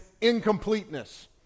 incompleteness